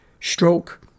stroke